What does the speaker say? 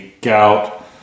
gout